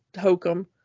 hokum